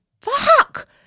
fuck